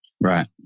Right